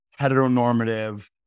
heteronormative